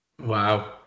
wow